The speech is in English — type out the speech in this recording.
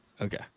Okay